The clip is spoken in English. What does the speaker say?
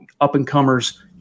up-and-comers